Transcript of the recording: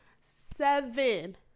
seven